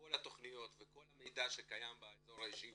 כל התכניות וכל המידע שקיים באזור האישי